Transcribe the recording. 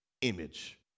image